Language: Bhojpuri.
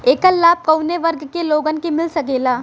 ऐकर लाभ काउने वर्ग के लोगन के मिल सकेला?